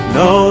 no